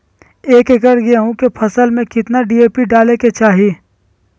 एक एकड़ गेहूं के फसल में कितना डी.ए.पी डाले के चाहि?